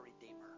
redeemer